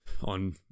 on